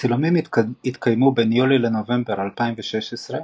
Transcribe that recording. הצילומים התקיימו בין יולי לנובמבר 2016,